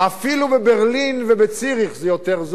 אפילו בברלין ובציריך זה יותר זול,